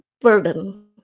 burden